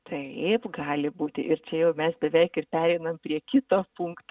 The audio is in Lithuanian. taip gali būti ir čia jau mes beveik ir pereinam prie kito punkto